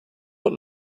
und